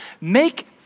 make